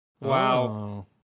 Wow